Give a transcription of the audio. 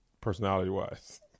Personality-wise